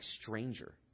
stranger